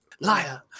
liar